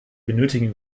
benötigen